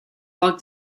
lock